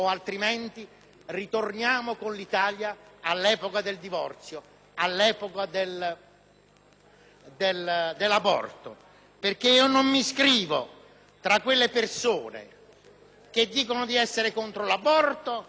e dell'aborto. Non mi iscrivo tra quelle persone che dicono di essere contro l'aborto e poi praticano l'aborto clandestino, che dicono di essere